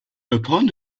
upon